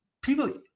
people